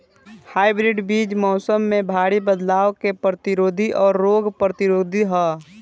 hybrid बीज मौसम में भारी बदलाव के प्रतिरोधी और रोग प्रतिरोधी ह